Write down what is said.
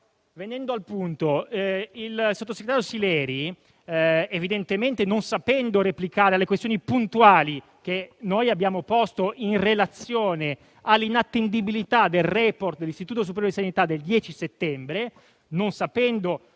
Venendo al punto, il sottosegretario Sileri non sapendo evidentemente replicare alle questioni puntuali che noi abbiamo posto in relazione all'inattendibilità del *report* dell'Istituto superiore di sanità del 10 settembre, ci ha messo in